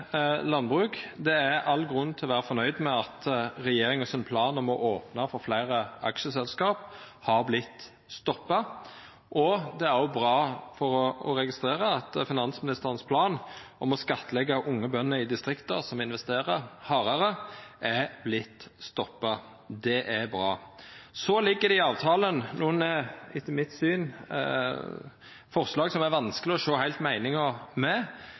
landbruk: Det er all grunn til å vera fornøgd med at planen frå regjeringa om å opna for fleire aksjeselskap har vorte stoppa. Det er òg bra å registrera at finansministeren sin plan om å skattleggja unge bønder i distrikta som investerer, hardare, har vorte stoppa. Det er bra. Så ligg det i avtala nokre forslag som det etter mitt syn er vanskeleg heilt å sjå meininga med.